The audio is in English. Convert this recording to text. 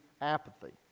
apathy